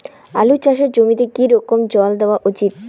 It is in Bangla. আলু চাষের জমিতে কি রকম জল দেওয়া উচিৎ?